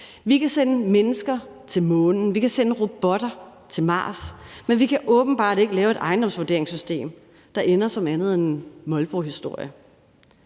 Vi kan sende mennesker til Månen, vi kan sende robotter til Mars, men vi kan åbenbart ikke lave et ejendomsvurderingssystem, der ender som andet end molbohistorier.